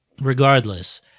Regardless